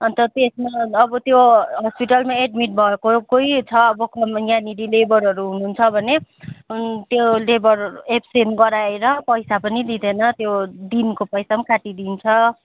अन्त त्यसमा अब त्यो हस्पिटलमा एड्मिट भएको कोही छ अब कम यहाँनिर लेबरहरू हुनुहुन्छ भने त्यो लेबर एब्सेन्ट गराएर पैसा पनि दिँदैन त्यो दिनको पैसा पनि काटिदिन्छ